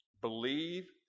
believe